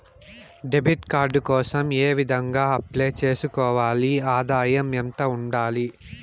Debit card కోసం ఏ విధంగా అప్లై సేసుకోవాలి? ఆదాయం ఎంత ఉండాలి?